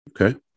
Okay